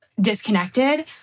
disconnected